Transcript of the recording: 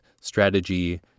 strategy